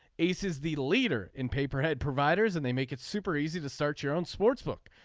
ace is the leader in pay per head providers and they make it super easy to search your own sportsbook.